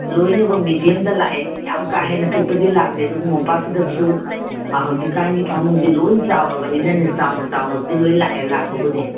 ꯂꯣꯏꯅꯃꯛ ꯃꯦꯗꯤꯌꯝꯗ ꯂꯥꯛꯑꯦ ꯌꯥꯝ ꯀꯥ ꯍꯦꯟꯅ ꯄꯤꯛꯄꯗꯤ ꯂꯥꯛꯇꯦ ꯑꯗꯨꯒ ꯃꯣꯝꯄꯥꯛ ꯐꯤꯗꯛꯁꯨ ꯑꯥ ꯍꯧꯖꯤꯛ ꯀꯥꯟꯒꯤ ꯐꯃꯨꯡꯗꯤ ꯂꯣꯏꯅ ꯆꯥꯎꯔꯕꯅꯤꯅꯅꯦ ꯆꯥꯎꯅ ꯆꯥꯎꯅꯕꯨꯗꯤ ꯂꯣꯏ ꯂꯥꯛꯑꯦ ꯂꯥꯛꯄꯕꯨꯗꯤ